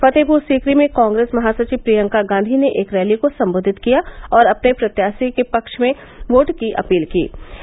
फतेहपुरी सीकरी में कॉग्रेस महासविव प्रियंका गांधी ने एक रैली को सम्बोधित किया और अपने प्रत्याशी के पक्ष में वोट अपील कीं